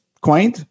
coin